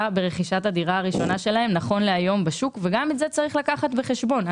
ברכישת הדירה הראשונה שלהם וגם את זה צריך לקחת בחשבון.